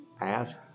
ask